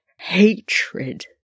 hatred